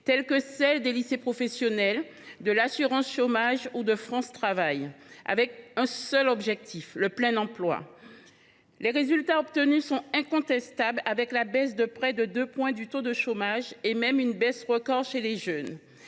telles que celles des lycées professionnels, de l’assurance chômage, ou encore de France Travail, avec pour seul objectif le plein emploi. Les résultats obtenus sont incontestables, avec la baisse de près de deux points du taux de chômage et même une baisse record chez les jeunes.